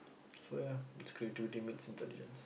so ya its creativity meets intelligence